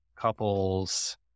couples